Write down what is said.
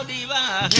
um e la